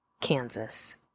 Kansas